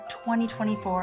2024